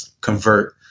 convert